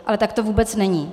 Ale tak to vůbec není.